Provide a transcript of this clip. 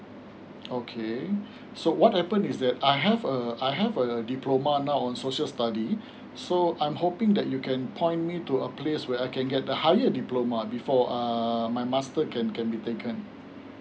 okay so what happen is that I have a I have a diploma now on social study so I'm hoping that you can point me to a place where I can get the higher diploma before err my master can can be taken